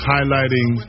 Highlighting